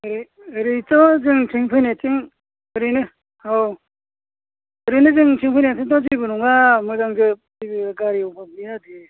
ओ ओरैनोथ' जोंनिथिं फैनायथिं ओरैनो औ ओरैनो जोंनिथिं फैनायथिं दा जेबो नङा मोजांजोब जेबो गारि अभाब गैया दे